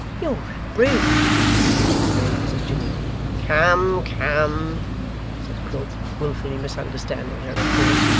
you're a brute exclaimed mrs jiniwin. come come said quilp, wilfully misunderstanding her, of course,